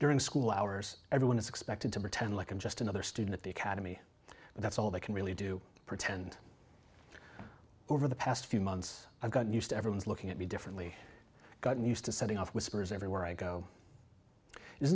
during school hours everyone is expected to pretend like i'm just another student at the academy but that's all they can really do pretend over the past few months i've gotten used to everyone's looking at me differently gotten used to sending off whispers everywhere i go